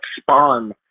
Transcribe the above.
spawn